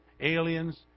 aliens